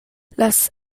las